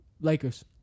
Lakers